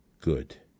good